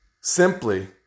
simply